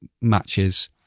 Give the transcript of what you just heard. matches